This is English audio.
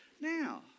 now